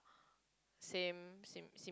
same same sim~